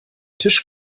tisch